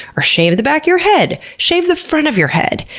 or shave the back your head. shave the front of your head!